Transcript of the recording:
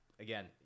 Again